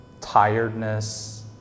tiredness